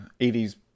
80s